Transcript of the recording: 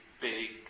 big